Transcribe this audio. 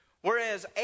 Whereas